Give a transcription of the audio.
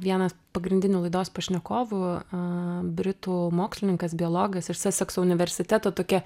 vienas pagrindinių laidos pašnekovų a britų mokslininkas biologas iš sasekso universiteto tokia